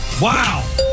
Wow